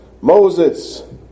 Moses